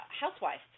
housewife